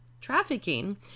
trafficking